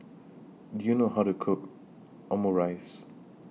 Do YOU know How to Cook Omurice